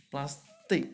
plastic